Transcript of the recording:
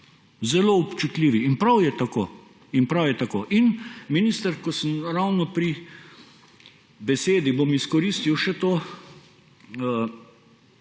zelo občutljivi. In prav je tako. Minister, ko sem ravno pri besedi, bom izkoristil še to,